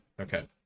Okay